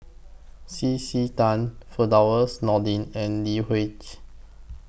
C C Tan Firdaus Nordin and Lee